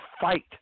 fight